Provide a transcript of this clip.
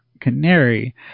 Canary